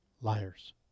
Liars